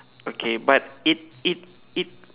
okay but it it it